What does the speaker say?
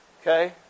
Okay